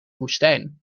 woestijn